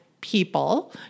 people